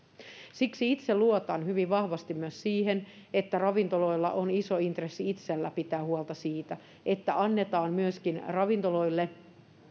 siksi itse luotan hyvin vahvasti myös siihen että ravintoloilla itsellään on iso intressi pitää huolta siitä että annetaan myöskin ravintoloille